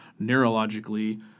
neurologically